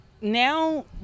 now